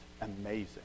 Amazing